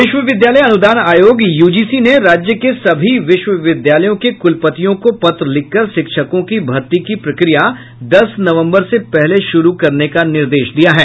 विश्वविद्यालय अनुदान आयोग यूजीसी ने राज्य के सभी विश्वद्यालयों के कुलपतियों को पत्र लिखकर शिक्षकों की भर्ती की प्रक्रिया दस नवम्बर से पहले शुरू करने का निर्देश दिया है